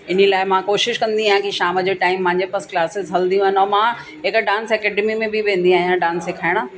इन्ही लाइ मां कोशिशि कंदी आहियां की शाम जे टाइम मुंहिंजे पास क्लासिस हलदियूं आहिनि ऐं मां हिकु डांस अकाडमी में बि वेंदी आहियां डांस सिखाइणु